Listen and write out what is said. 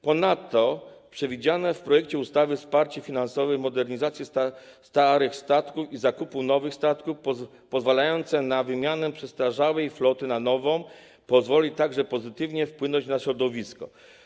Ponadto przewidziane w projekcie ustawy wsparcie finansowe modernizacji starych statków i zakupu nowych statków - pozwalające na wymianę przestarzałej floty na nową - pozwoli także pozytywnie wpłynąć na środowisko.